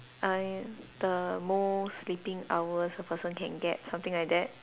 I the most sleeping hours a person can get something like that